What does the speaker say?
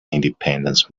independence